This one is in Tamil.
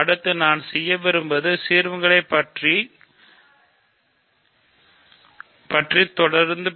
அடுத்து நான் செய்ய விரும்புவது சீர்மங்களைப் பற்றி தொடர்ந்து